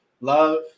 love